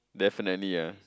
definitely yes